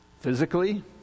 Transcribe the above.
physically